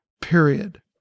period